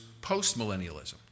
post-millennialism